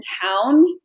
town